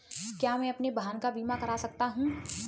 क्या मैं अपने वाहन का बीमा कर सकता हूँ?